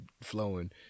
flowing